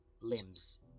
Limbs